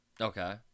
Okay